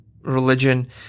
religion